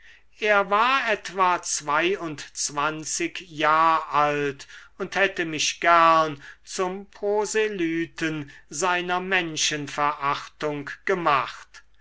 er war etwa zweiundzwanzig jahr alt und hätte mich gern zum proselyten seiner menschenverachtung gemacht